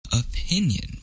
Opinion